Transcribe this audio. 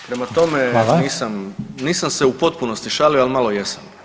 Prema tome [[Upadica: Hvala.]] nisam, nisam se u potpunosti šalio, ali malo jesam.